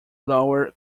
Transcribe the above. lower